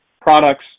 products